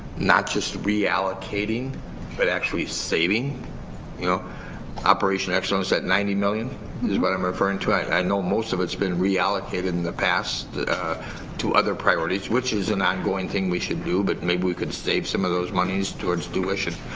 not just reallocating but actually saving you know operation excellence at ninety million is what i'm referring to. i i know most of its been reallocated in the past to other priorities which is an ongoing thing we should do, but maybe we could save some of those money towards tuition.